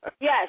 Yes